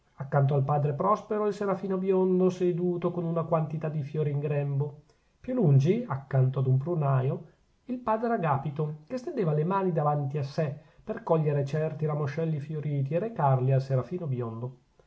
accanto al padre prospero il serafino biondo seduto con una quantità di fiori in grembo più lungi accanto ad un prunaio il padre agapito che stendeva le mani davanti a sè per cogliere certi ramoscelli fioriti e recarli al serafino biondo